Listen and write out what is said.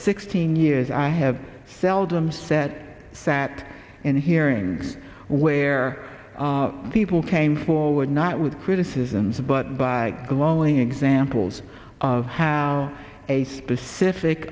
sixteen years i have seldom set sat in a hearing where people came forward not with criticisms but by glowing examples of how a specific